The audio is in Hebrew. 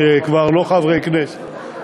שכבר לא חברי כנסת.